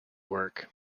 work